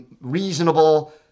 reasonable